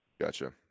Gotcha